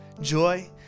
joy